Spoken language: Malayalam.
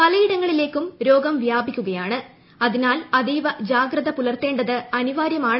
പലയിടങ്ങളിലേക്കും രോഗം വ്യാപിക്കുകയാണ് അതിനാൽ അതീവ ജാഗ്രത പുലർത്തേണ്ടത് അനിവാര്യമാണ്